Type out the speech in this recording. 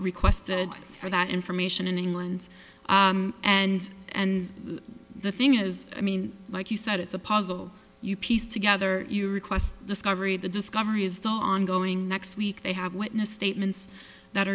requested for that information in england and and the thing is i mean like you said it's a puzzle you piece together you request discovery the discovery is ongoing next week they have witness statements that